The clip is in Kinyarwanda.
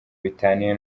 bitaniye